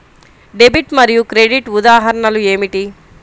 Debit మరియు credit ఉదాహరణలు ఏమిటీ?